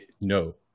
no